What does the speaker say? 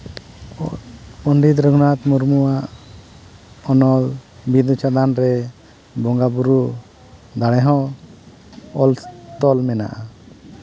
ᱯᱚᱱᱰᱤᱛ ᱨᱟᱹᱜᱷᱩᱱᱟᱛᱷ ᱢᱩᱨᱢᱩᱣᱟᱜ ᱚᱱᱚᱞ ᱵᱤᱸᱫᱩ ᱪᱟᱸᱫᱟᱱ ᱨᱮ ᱵᱚᱸᱜᱟᱼᱵᱩᱨᱩ ᱫᱟᱲᱮ ᱦᱚᱸ ᱚᱞ ᱛᱚᱞ ᱢᱮᱱᱟᱜᱼᱟ